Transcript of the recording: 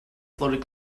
floated